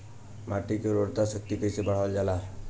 माटी के उर्वता शक्ति कइसे बढ़ावल जाला?